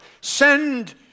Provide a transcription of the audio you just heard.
send